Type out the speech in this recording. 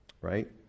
Right